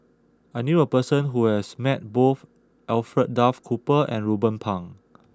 I knew a person who has met both Alfred Duff Cooper and Ruben Pang